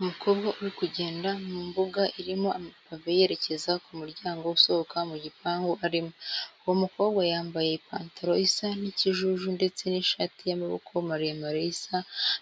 Umukobwa uri kugenda mu mbuga irimo amapave yerekeza ku muryango usohoka mu gipangu arimo. Uwo mukobwa yambaye ipantaro isa n'ikijuju ndetse n'ishati y'amaboko maremare isa